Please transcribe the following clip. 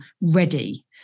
ready